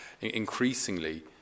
increasingly